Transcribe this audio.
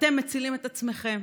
אתם מצילים את עצמכם,